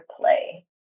play